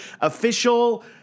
official